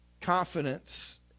confidence